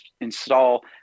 install